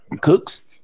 cooks